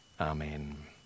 Amen